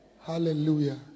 Hallelujah